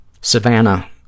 Savannah